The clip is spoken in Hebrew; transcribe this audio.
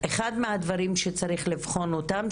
אחד מהדברים שצריך לבחון אותם,